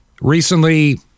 Recently